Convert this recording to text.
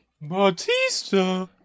Batista